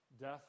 death